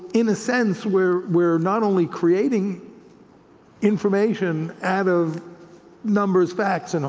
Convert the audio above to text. in a sense, we're we're not only creating information out of numbers, facts, and